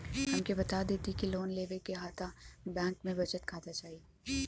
हमके बता देती की लोन लेवे के हव त बैंक में बचत खाता चाही?